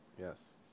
Yes